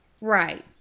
Right